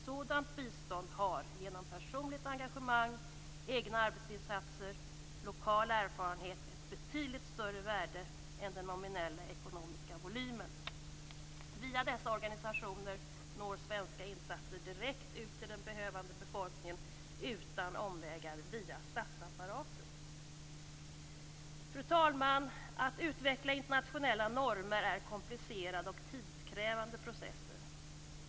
Sådant bistånd har genom personligt, engagemang, egna arbetsinsatser och lokal erfarenhet ett betydligt större värde än den nominella ekonomiska volymen. Via dessa organisationer når svenska insatser direkt ut till den behövande befolkningen utan omvägar via statsapparaten. Fru talman! Att utveckla internationella normer är komplicerade och tidskrävande processer.